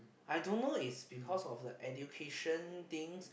I don't know is because of the education things